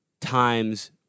times